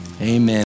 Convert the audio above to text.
Amen